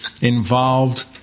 involved